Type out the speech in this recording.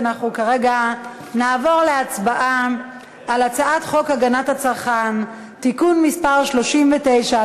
אנחנו כרגע נעבור להצבעה על הצעת חוק הגנת הצרכן (תיקון מס' 39),